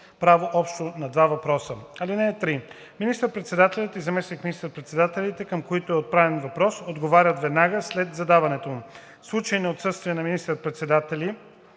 право общо на два въпроса. (3) Министър-председателят и заместник министър-председателите, към които е отправен въпрос, отговарят веднага след задаването му. В случай на отсъствие на министър-председателя